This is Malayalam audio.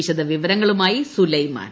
വിശദവിവരങ്ങളുമായി സുലൈമാൻ